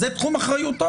זה תחום אחריותו.